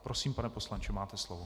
Prosím, pane poslanče, máte slovo.